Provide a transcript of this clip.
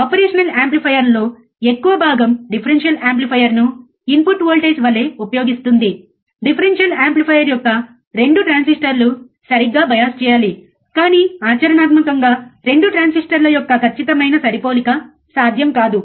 operational యాంప్లిఫైయర్లో ఎక్కువ భాగం డిఫరెన్షియల్ యాంప్లిఫైయర్ను ఇన్పుట్ వోల్టేజ్ వలె ఉపయోగిస్తుంది డిఫరెన్షియల్ యాంప్లిఫైయర్ యొక్క 2 ట్రాన్సిస్టర్ లు సరిగ్గా బయాస్ చేయాలి కానీ ఆచరణాత్మకంగా 2 ట్రాన్సిస్టర్ల యొక్క ఖచ్చితమైన సరిపోలిక సాధ్యం కాదు